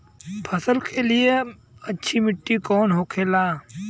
लाल मिट्टी कौन फसल के लिए अच्छा होखे ला?